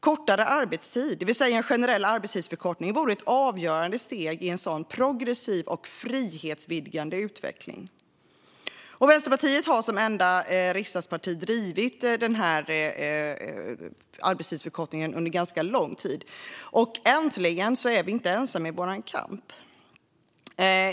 Kortare arbetstid - det vill säga en generell arbetstidsförkortning - vore ett avgörande steg i en sådan progressiv och frihetsvidgande utveckling. Vänsterpartiet har, som enda riksdagsparti, drivit frågan om en generell arbetstidsförkortning under lång tid. Äntligen är vi nu inte ensamma i vår kamp.